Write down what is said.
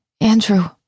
Andrew